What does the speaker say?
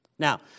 Now